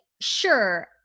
sure